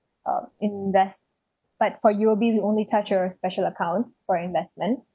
uh invest but for U_O_B they only touch your special account for investment